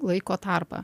laiko tarpą